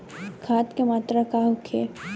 खाध के मात्रा का होखे?